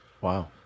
wow